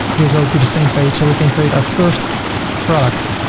you'll go to the same page so we can create our first product.